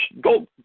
go